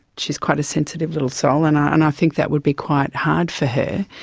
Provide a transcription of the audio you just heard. she is quite a sensitive little soul and i and i think that would be quite hard for her.